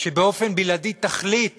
שבאופן בלעדי תחליט